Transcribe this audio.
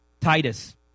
Titus